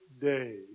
day